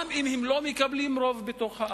גם אם הם לא מקבלים רוב בעם.